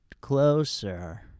closer